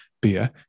beer